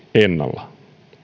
ennallaan